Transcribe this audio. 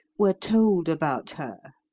were told about her.